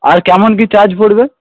আর কেমন কী চার্জ পড়বে